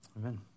Amen